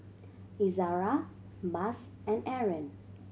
Izzara Mas and Aaron